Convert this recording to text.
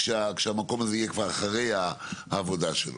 כשהמקום הזה יהיה כבר אחרי העבודה שלו.